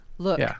Look